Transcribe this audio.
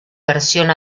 versión